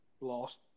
Lost